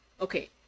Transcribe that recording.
okay